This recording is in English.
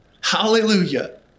Hallelujah